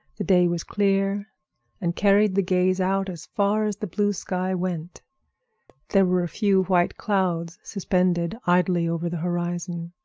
the day was clear and carried the gaze out as far as the blue sky went there were a few white clouds suspended idly over the horizon.